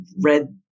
read